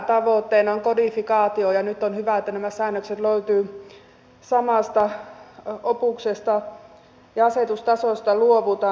tavoitteena on kodifikaatio ja nyt on hyvä että nämä säännökset löytyvät samasta opuksesta ja asetustasosta luovutaan